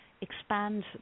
expand